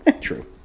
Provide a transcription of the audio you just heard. True